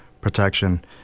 protection